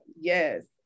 Yes